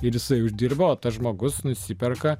ir jisai uždirbo o tas žmogus nusiperka